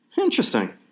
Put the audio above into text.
Interesting